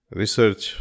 research